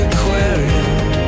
Aquarium